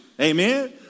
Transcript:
Amen